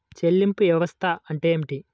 చెల్లింపు వ్యవస్థ అంటే ఏమిటి?